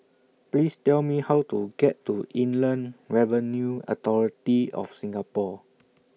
Please Tell Me How to get to Inland Revenue Authority of Singapore